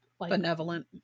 benevolent